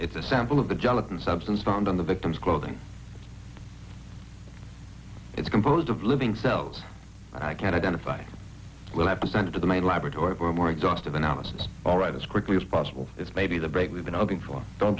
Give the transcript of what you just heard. it's a sample of the gelatin substance found on the victim's clothing it's composed of living cells i can't identify i will have to send it to the laboratory for more exhaustive analysis all right as quickly as possible is maybe the break we've been looking for don't